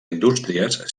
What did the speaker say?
indústries